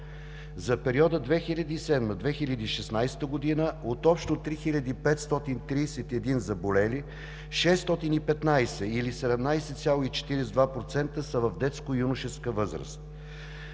За периода 2007 – 2016 г. от общо 3531 заболели, 615 или 17,42% са в детско-юношеска възраст.